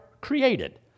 created